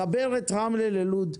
לחבר את רמלה ללוד,